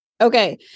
Okay